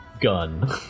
gun